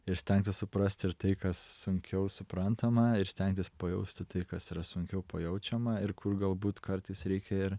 ir stengtis suprasti ir tai kas sunkiau suprantama ir stengtis pajausti tai kas yra sunkiau pajaučiama ir kur galbūt kartais reikia ir